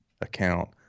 account